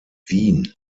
wien